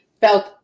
felt